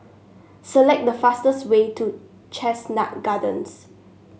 select the fastest way to Chestnut Gardens